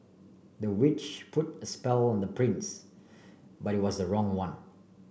the witch put a spell on the prince but it was the wrong one